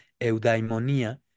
eudaimonia